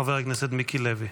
חבר הכנסת מיקי לוי.